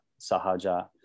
Sahaja